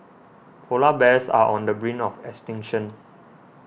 Polar Bears are on the brink of extinction